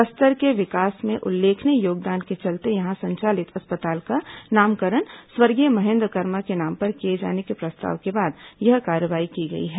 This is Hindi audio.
बस्तर के विकास में उल्लेखनीय योगदान के चलते यहां संचालित अस्पताल का नामकरण स्वर्गीय महेन्द्र कर्मा के नाम पर किए जाने के प्रस्ताव के बाद यह कार्यवाही की गई है